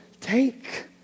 take